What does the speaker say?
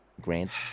grants